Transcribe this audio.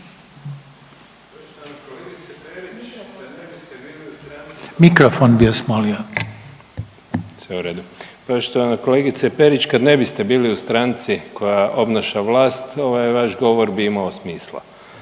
Mikrofon bih vas molio./… Poštovana kolegice Perić kad ne biste bili u stranci koja obnaša vlast ovaj vaš govor bi imao smisla,